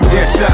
Yes